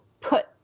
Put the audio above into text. put